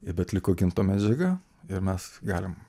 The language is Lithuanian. bet liko medžiaga ir mes galim